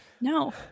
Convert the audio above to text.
No